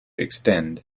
extend